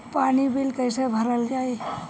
पानी बिल कइसे भरल जाई?